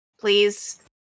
Please